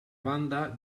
banda